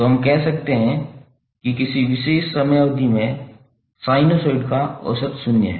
तो हम कह सकते हैं कि किसी विशेष समय अवधि में साइनसॉइड का औसत शून्य है